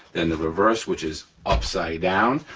and the reverse which is upside down.